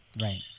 Right